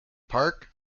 park